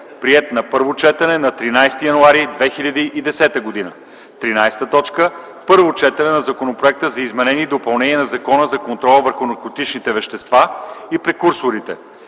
приет на първо четене на 13.01.2010 г. 13. Първо четене на Законопроекта за изменение и допълнение на Закона за контрол върху наркотичните вещества и прекурсорите.